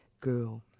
Girl